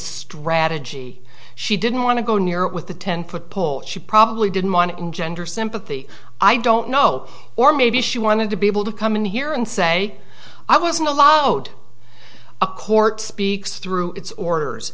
strategy she didn't want to go near it with a ten foot pole she probably didn't want to engender sympathy i don't know or maybe she wanted to be able to come in here and say i wasn't allowed a court speaks through its orders